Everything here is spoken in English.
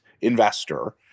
investor